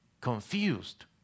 confused